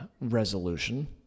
resolution